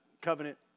covenant